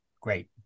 great